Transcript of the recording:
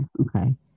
okay